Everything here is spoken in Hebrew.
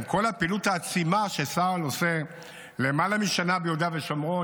עם כל הפעילות העצימה שצה"ל עושה למעלה משנה ביהודה ושומרון,